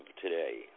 today